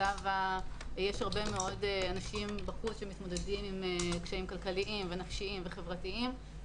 הרבה מאוד אנשים בחוץ שמתמודדים עם קשיים כלכליים ונפשיים וחברתיים.